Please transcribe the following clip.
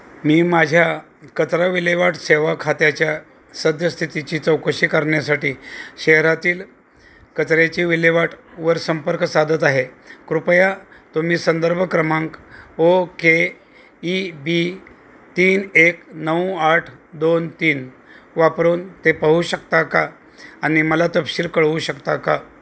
मी माझ्या कचरा विल्हेवाट सेवा खात्याच्या सद्यस्थितीची चौकशी करण्यासाठी शहरातील कचऱ्याचे विल्हेवाटवर संपर्क साधत आहे कृपया तुम्ही संदर्भ क्रमांक ओ के ई बी तीन एक नऊ आठ दोन तीन वापरून ते पाहू शकता का आणि मला तपशील कळवू शकता का